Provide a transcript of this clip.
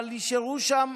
אבל נשארו שם